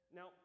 Now